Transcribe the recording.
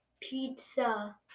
pizza